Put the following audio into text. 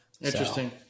Interesting